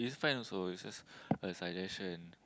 is fine also is just a suggestion